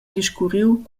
discurriu